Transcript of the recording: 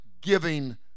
giving